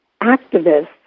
activists